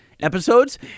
Episodes